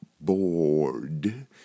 bored